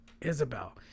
Isabel